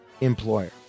employer